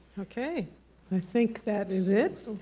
okay i think that is it